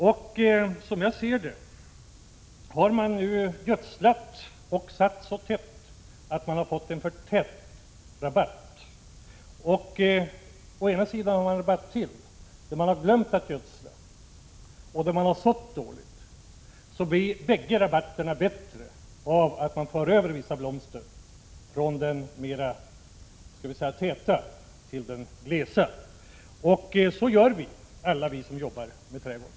Om man nu har en rabatt där man har sått tätt och gödslat så att man har fått en för tät rabatt, och om man har ännu en rabatt där man har sått dåligt och glömt att gödsla, då blir — som jag ser det — bägge rabatterna bättre om man för över vissa blomster från den täta rabatten till den glesa. Så gör vi, alla vi som jobbar med trädgården.